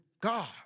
God